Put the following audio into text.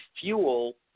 fuel